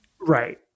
Right